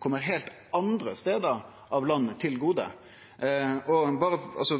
heilt andre stader av landet til gode.